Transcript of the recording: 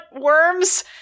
Worms